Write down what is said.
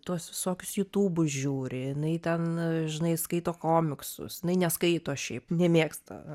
tuos visokius jutubus žiūri jinai ten dažnai skaito komiksus jinai neskaito šiaip nemėgsta